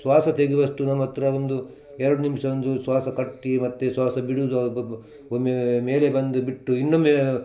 ಶ್ವಾಸ ತೆಗೆವಷ್ಟು ನಮ್ಮತ್ತಿರ ಒಂದು ಎರಡು ನಿಮಿಷ ಒಂದು ಶ್ವಾಸ ಕಟ್ಟಿ ಮತ್ತೆ ಶ್ವಾಸ ಬಿಡೋದು ಒಮ್ಮೆ ಮೇಲೆ ಬಂದು ಬಿಟ್ಟು ಇನ್ನೊಮ್ಮೆ